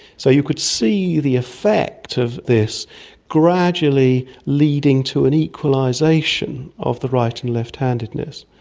so you could see the effect of this gradually leading to an equalisation of the right and left-handedness.